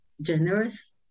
generous